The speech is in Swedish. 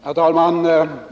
Herr talman!